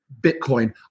bitcoin